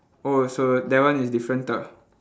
oh so that one is different ah